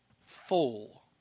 full